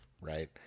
Right